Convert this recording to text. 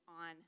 on